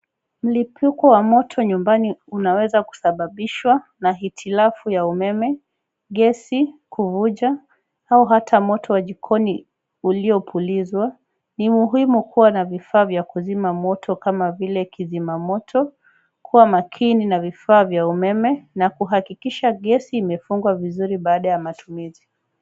Mlipuko wa moto nyumbani unaweza kusababishwa na hitilafu ya umeme, gesi kuvuja, au hata moto wa jikoni uliopulizwa. Ni muhimu kuwa na vifaa vya kuzima moto kama vile kizima moto, kuwa makini na vifaa vya umeme, na kuhakikisha gesi imefungwa vizuri baada ya matumizi.